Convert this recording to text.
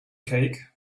cake